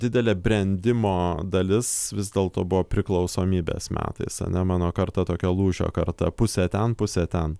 didelė brendimo dalis vis dėlto buvo priklausomybės metais ane mano karta tokia lūžio karta pusė ten pusė ten